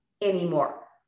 anymore